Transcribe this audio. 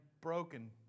broken